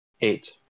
Eight